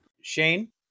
Shane